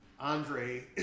Andre